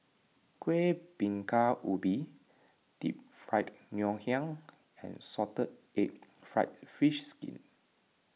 Kueh Bingka Ubi Deep Fried Ngoh Hiang and Salted Egg Fried Fish Skin